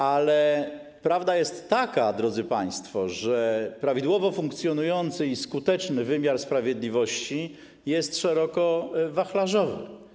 Ale prawda jest taka, drodzy państwo, że prawidłowo funkcjonujący i skuteczny wymiar sprawiedliwości jest szeroko wachlarzowy.